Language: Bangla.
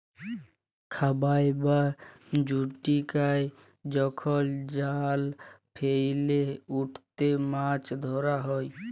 খাবাই বা জুচিকাই যখল জাল ফেইলে উটতে মাছ ধরা হ্যয়